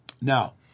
Now